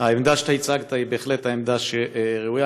שהעמדה שאתה הצגת היא בהחלט העמדה הראויה.